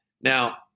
Now